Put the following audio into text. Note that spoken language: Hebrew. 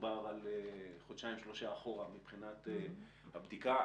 שמדובר על חודשיים-שלושה אחורה מבחינת הבדיקה.